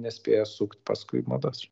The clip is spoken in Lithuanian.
nespėja sukt paskui madas